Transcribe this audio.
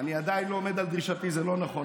שאני עדיין לא עומד על דרישתי זה לא נכון.